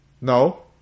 No